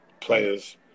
players